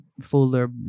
fuller